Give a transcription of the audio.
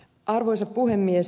arvoisa puhemies